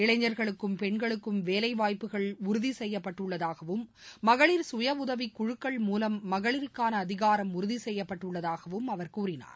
இளைஞர்களுக்கும் பெண்களுக்கும் வேலைவாய்ப்புகளை உறுதி செய்யப்பட்டுள்ளதாகவும் மகளிர் சுய உதவி குழுக்கள் மூலம் மகளிருக்கான அதிகாரம் உறுதி செய்யப்பட்டுள்ளதாகவும் அவர் கூறினார்